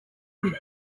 muri